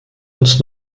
uns